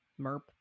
merp